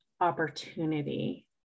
opportunity